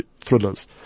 thrillers